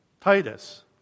Titus